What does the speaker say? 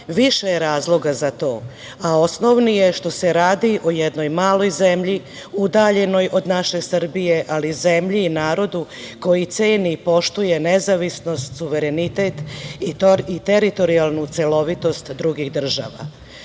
Više je razloga za to, a osnovni je što se radi o jednoj maloj zemlji udaljenoj od naše Srbije, ali zemlji i narodu koji ceni i poštuje nezavisnost, suverenitet i teritorijalnu celovitost drugih